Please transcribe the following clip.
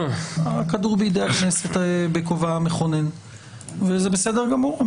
הכדור בידי הכנסת בכובעה המכונן וזה בסדר גמור.